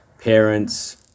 parents